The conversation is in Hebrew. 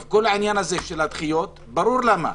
כל העניין של הדחיות, ברור למה,